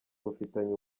rufitanye